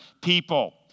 people